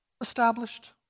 established